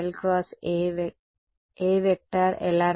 మరియు నేను కనుగొనగలను